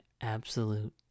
absolute